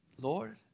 Lord